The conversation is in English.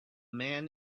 man